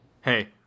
hey